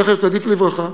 זכר צדיק לברכה,